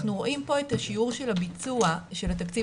אנחנו רואים פה את השיעור של הביצוע של התקציב